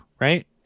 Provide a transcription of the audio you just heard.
right